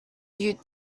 you